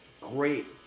great